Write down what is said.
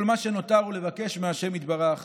כל מה שנותר הוא לבקש מה' יתברך